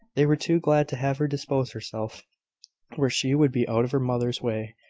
they were too glad to have her dispose herself where she would be out of her mother's way.